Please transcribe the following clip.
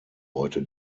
heute